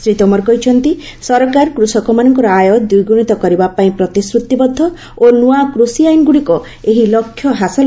ଶ୍ରୀ ତୋମର କହିଛନ୍ତି ସରକାର କୃଷକମାନଙ୍କ ଆୟ ଦ୍ୱିଗୁଣିତ କରିବାପାଇଁ ପ୍ରତିଶ୍ରୁତିବଦ୍ଧ ଓ ନୂଆ କୃଷି ଆଇନଗୁଡ଼ିକ ଏହି ଲକ୍ଷ୍ୟ ହାସଲରେ ସାହାଯ୍ୟ କରିବ